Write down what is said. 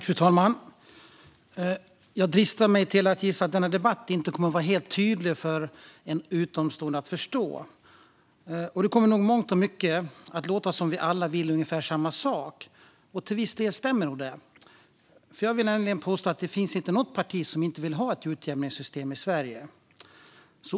Fru talman! Jag dristar mig till att gissa att denna debatt inte kommer att vara helt tydlig eller lätt för en utomstående att förstå. Det kommer nog i mångt och mycket att låta som om vi alla vill ungefär samma sak, och till viss del stämmer nog detta. Jag vill nämligen påstå att det inte finns något parti som inte vill ha ett utjämningssystem i Sverige.